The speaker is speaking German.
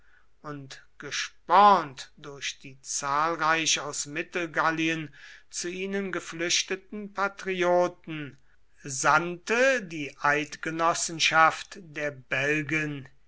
und gespornt durch die zahlreich aus mittelgallien zu ihnen geflüchteten patrioten sandte die eidgenossenschaft der belgen